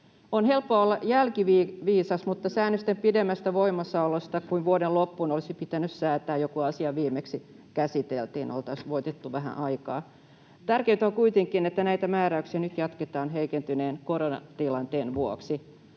On helppoa olla jälkiviisas, mutta säännösten pidemmästä voimassaolosta kuin vuoden loppuun olisi pitänyt säätää jo, kun asiaa viimeksi käsiteltiin — oltaisiin voitettu vähän aikaa. Tärkeintä on kuitenkin, että näitä määräyksiä nyt jatketaan heikentyneen koronatilanteen vuoksi.